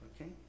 Okay